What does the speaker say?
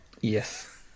Yes